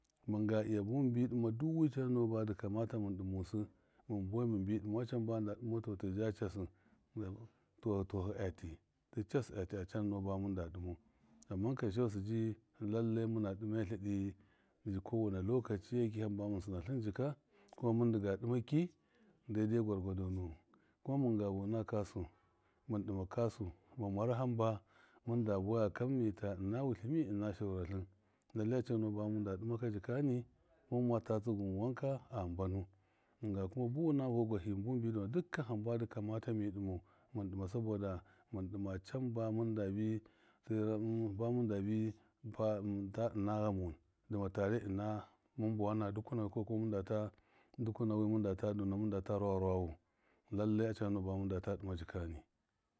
Mɨnga lya buwɨn bi dɨma duwi cananɔ badɨ kamata mɨn dɨmusɨ mɨn buwai mɨnbi dɨmau, tɔ tɨja cassɨ, tuwahɨ-tuwahɨ a ti cass a ti a cananɔ bamɨnda dɨmau amman karsheyusɨ ji lallai mɨna dɨma tladi ji kɔwena lɔkaciye ki hamba mɨn sɨna tlɨn jika kuma mɨndɨ ga dɨma ki dai dai gwargwade nuwɨn kuma mɨnga buna kasu mɨn dɨma kasu mɨn mara hamba mɨn da buwa kɨn mita ina wutlɨ mi ɨna shaura tlɨn lallai a cananɔ bamɨn da dɨma ka jikani, mimma ta jigim wɨn wanka a mbanu, mɨnga buna vɔgwahṫ mɨn buwɨn bi dɔna dukan hamba dɨ kama tami dimau, mɨn dɨmau sabɔda mɨn dɨma cam ba mɨnda bi minda bi ta ɨna ghamuwɨn dɨma tare ɨna mɨn bawana dukuna fukɔ kuma mɨndata ɗɔna mɨn data rawa rawawu, lallai a cananɔ bamindata ɗɨma jikani.